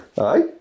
Aye